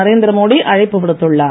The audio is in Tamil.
நரேந்திர மோடி அழைப்பு விடுத்துள்ளார்